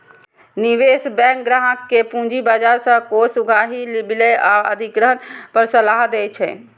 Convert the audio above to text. निवेश बैंक ग्राहक कें पूंजी बाजार सं कोष उगाही, विलय आ अधिग्रहण पर सलाह दै छै